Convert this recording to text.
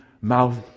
mouth